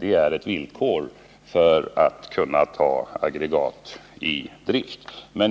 Det är ett villkor för att man skall kunna ta aggregat i drift. Men